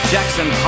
Jackson